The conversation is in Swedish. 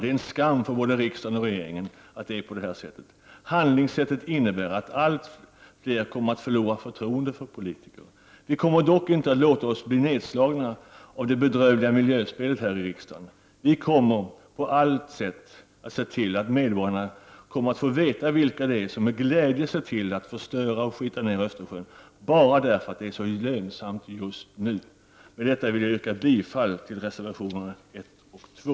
Det är en skam för både riksdagen och regeringen att det är på det här viset. Handlingssättet innebär att allt fler kommer att förlora förtroendet för politiker. Vi kommer dock inte att låta oss bli nedslagna av det bedrövliga miljöspelet här i riksdagen. Vi kommer på allt sätt att se till att medborgarna får veta vilka det är som med glädje medverkar till att förstöra och skita ner Östersjön bara därför att det är så lönsamt just nu. Med detta vill jag yrka bifall till reservationerna 1 och 2.